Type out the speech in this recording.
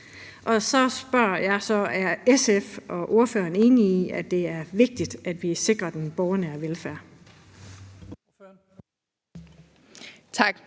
år. Så spørger jeg: Er SF og ordføreren enig i, at det er vigtigt, at vi sikrer den borgernære velfærd? Kl.